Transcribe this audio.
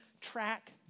track